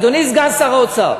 אדוני סגן שר האוצר,